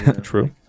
true